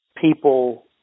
people